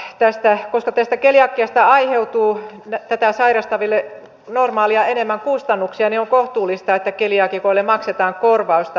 koska tästä keliakiasta aiheutuu tätä sairastaville normaalia enemmän kustannuksia niin on kohtuullista että keliaakikoille maksetaan korvausta